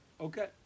okay